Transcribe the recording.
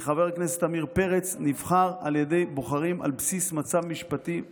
חבר הכנסת עמיר פרץ נבחר על ידי בוחרים על בסיס מצב משפטי מסוים.